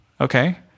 Okay